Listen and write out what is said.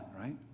right